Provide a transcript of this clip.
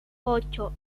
ocho